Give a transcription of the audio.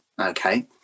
Okay